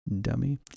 dummy